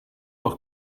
our